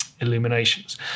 illuminations